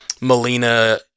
Melina